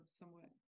somewhat